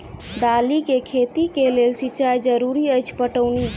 दालि केँ खेती केँ लेल सिंचाई जरूरी अछि पटौनी?